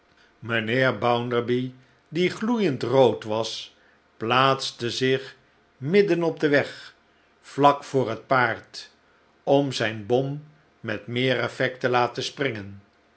mijnheer bounderby die gloeiend rood was plaatste zich midden op den weg vlak voor het paard om zijne bom met meer effect te laten springen